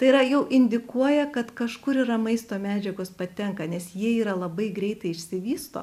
tai yra jau indikuoja kad kažkur yra maisto medžiagos patenka nes jie yra labai greitai išsivysto